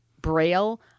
Braille